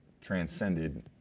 transcended